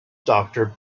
doctor